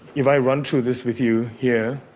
if i run through this with you here,